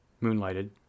moonlighted